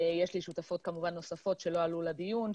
יש לי שותפות כמובן נוספות שלא עלו לדיון,